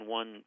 one